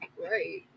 Right